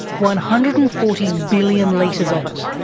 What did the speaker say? one hundred and forty billion litres of it.